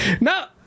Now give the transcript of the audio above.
No